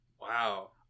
Wow